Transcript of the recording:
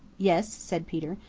yes, said peter.